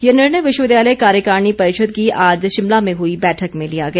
ये निर्णय विश्वविद्यालय कार्यकारिणी परिषद की आज शिमला में हुई बैठक में लिया गया